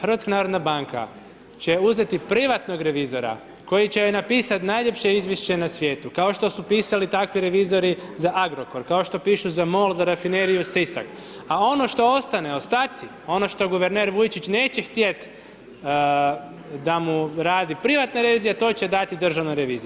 HNB će uzeti privatnog revizora koji će joj napisati najljepše izvješće na svijetu kao što su pisali tako revizori za Agrokor, kao što pišu za MOL, za rafineriju Sisak a ono što ostane, ostaci, ono što guverner Vujčić neće htjeti da bu radi privatne revizije, to će dati Državnoj reviziji.